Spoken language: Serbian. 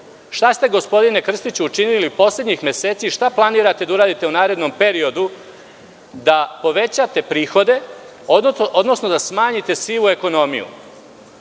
povećaju? Gospodine Krstiću, šta ste učinili poslednjih meseci i šta planirate da uradite u narednom periodu da povećate prihode, odnosno da smanjite sivu ekonomiju?